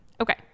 Okay